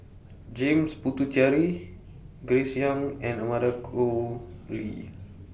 James Puthucheary Grace Young and Amanda Koe Lee